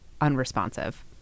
unresponsive